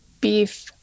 beef